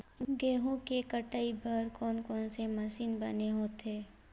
गेहूं के कटाई बर कोन कोन से मशीन बने होथे?